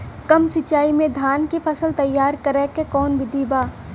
कम सिचाई में धान के फसल तैयार करे क कवन बिधि बा?